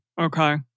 Okay